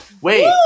Wait